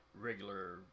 regular